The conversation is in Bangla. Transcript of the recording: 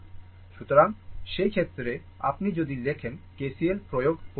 সুতরাং সেই ক্ষেত্রে আপনি যদি লেখেন KCL প্রয়োগ করুন